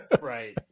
Right